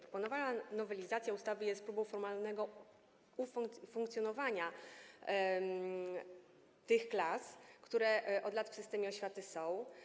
Planowana nowelizacja ustawy jest próbą formalnego umocowania tych klas, które od lat w systemie oświaty są.